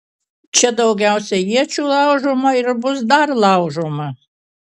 čia daugiausiai iečių laužoma ir bus dar laužoma